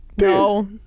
No